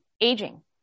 aging